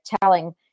telling